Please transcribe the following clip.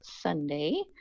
Sunday